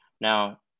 Now